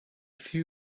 few